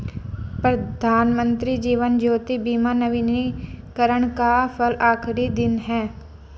प्रधानमंत्री जीवन ज्योति बीमा नवीनीकरण का कल आखिरी दिन है